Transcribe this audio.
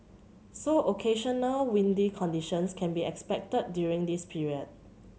so occasional windy conditions can be expected during this period